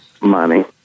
money